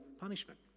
punishment